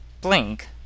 Blink